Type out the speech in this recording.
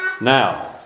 Now